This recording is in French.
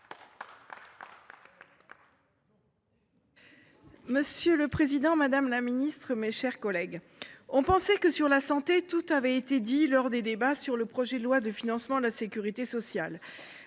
Monsieur le président, madame la ministre, mes chers collègues, nous pensions que, concernant la santé, tout avait été dit lors des débats sur le projet de loi de financement de la sécurité sociale